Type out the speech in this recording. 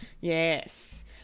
Yes